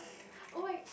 oh my